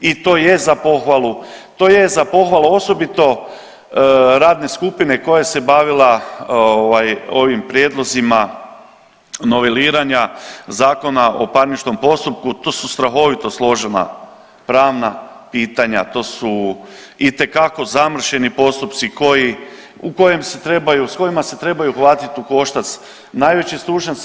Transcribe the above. I to je za pohvalu, to je za pohvalu osobito radne skupine koja se bavila ovim prijedlozima noveliranja Zakona o parničnom postupku, to su strahovito složena pravna pitanja, to su itekako zamršeni postupci u kojem se trebaju s kojima se trebaju uhvatiti u koštac najveći stručnjaci.